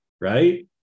right